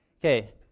Okay